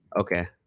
Okay